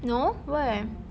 no why